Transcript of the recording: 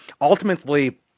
ultimately